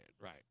Right